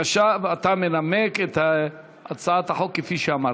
ועכשיו אתה מנמק את הצעת החוק כפי שאמרתי.